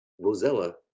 Rosella